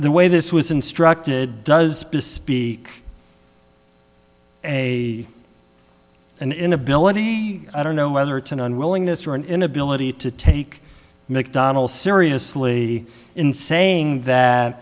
the way this was instructed does speak a an inability i don't know whether it's an unwillingness or an inability to take mcdonnell seriously in saying that